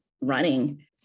running